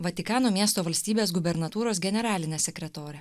vatikano miesto valstybės gubernatūros generaline sekretore